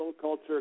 culture